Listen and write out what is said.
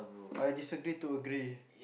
I disagree to agree